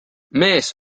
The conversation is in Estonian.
mees